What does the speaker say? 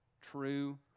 true